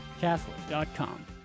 Catholic.com